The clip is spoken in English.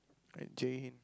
right Jai hind